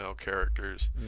characters